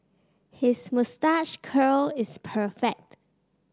his moustache curl is perfect